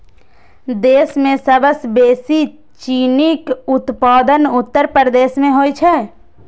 देश मे सबसं बेसी चीनीक उत्पादन उत्तर प्रदेश मे होइ छै